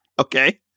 Okay